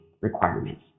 requirements